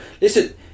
Listen